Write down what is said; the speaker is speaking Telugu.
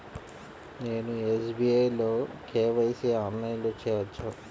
నేను ఎస్.బీ.ఐ లో కే.వై.సి ఆన్లైన్లో చేయవచ్చా?